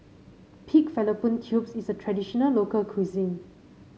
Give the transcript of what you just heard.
Pig Fallopian Tubes is a traditional local cuisine